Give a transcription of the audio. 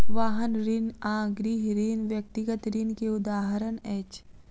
वाहन ऋण आ गृह ऋण व्यक्तिगत ऋण के उदाहरण अछि